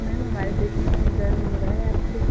ma'am हमारे पेट में दर्द हो रहा है रात से